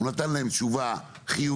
והוא נתן להם תשובה חיובית,